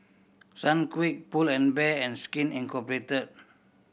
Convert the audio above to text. Sunquick Pull and Bear and Skin Inc